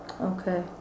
okay